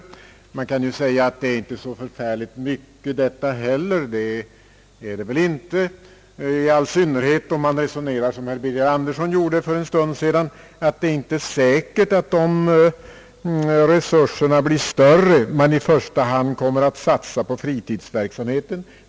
Man kan ju säga att inte heller detta är så förfärligt mycket, och det är det väl inte, i all synnerhet om man resonerar som herr Birger Andersson gjorde för en stund sedan. Han sade att det inte var säkert att resurserna blir större om man i första hand kommer att satsa på fritidsverksamheten.